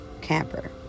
camper